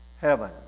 heaven